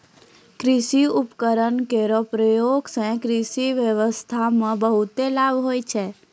कृषि उपकरण केरो प्रयोग सें कृषि ब्यबस्था म बहुत लाभ होय छै